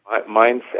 mindset